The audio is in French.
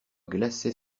glaçait